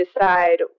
decide